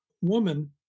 woman